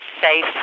safe